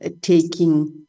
taking